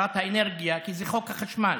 כי זה חוק החשמל,